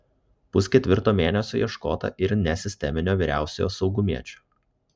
pusketvirto mėnesio ieškota ir nesisteminio vyriausiojo saugumiečio